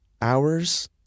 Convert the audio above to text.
hours